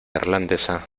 irlandesa